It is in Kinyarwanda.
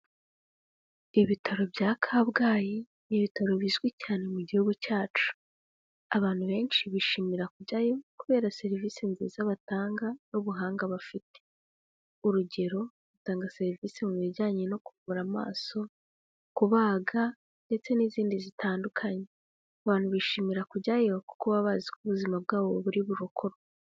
Ibitaro bya kabgayi ni ibitaro bizwi cyane mu gihugu cyacu. Abantu benshi bishimira kujyayo kubera serivisi nziza batanga n'ubuhanga bafite. Urugero batanga serivisi mu bijyanye no ku kuvura amaso, kubaga, ndetse n'izindi zitandukanye. Abantu bishimira kujyayo kuko baba bazi ko ubuzima bwabo buri burokorwe.